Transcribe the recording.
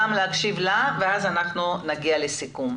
ואנחנו בהחלט מעוניינים לעשות את זה בצורה נכונה וטובה ולא בצורה